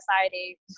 society